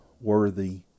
worthy